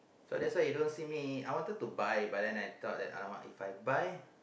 so that's why you don't me I wanted to buy but then I thought that !alamak! If I buy